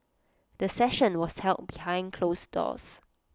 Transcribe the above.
the session was held behind closed doors